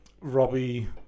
Robbie